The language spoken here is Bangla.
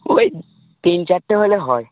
ওই তিন চারটে হলে হয়